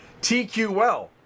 TQL